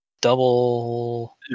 double